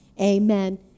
Amen